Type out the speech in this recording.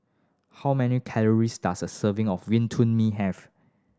how many calories does a serving of mee have